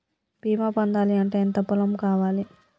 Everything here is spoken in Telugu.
బీమా పొందాలి అంటే ఎంత పొలం కావాలి?